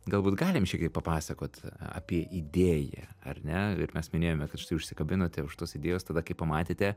galbūt galim šiek tiek papasakot apie idėją ar ne mes minėjome kad štai užsikabinote už tos idėjos tada kai pamatėte